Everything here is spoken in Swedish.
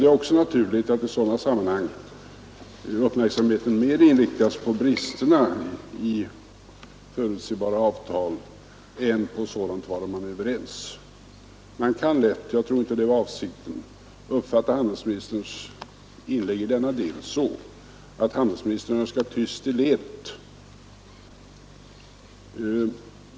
Det är också naturligt att i sådana sammanhang uppmärksamheten mer inriktas på bristerna i förutsebara avtal än på sådant, varom man redan är överens. Man kan lätt — jag tror inte att det var hans avsikt — uppfatta handelsministerns inlägg i denna del så att handelsministern önskar ”tyst i ledet”.